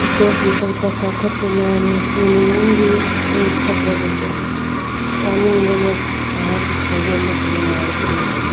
stage ꯃꯊꯛꯇ ꯀꯥꯈꯠꯇꯨꯅ ꯅꯨꯡꯁꯤ ꯅꯨꯡꯉꯣꯟꯒꯤ ꯏꯁꯩ ꯁꯛꯂꯕꯁꯨ ꯇꯥꯅꯤꯡꯕꯅ ꯃꯍꯥꯛꯀꯤ ꯍꯣꯟꯖꯦꯜꯗꯕꯨ ꯉꯥꯏꯈꯤ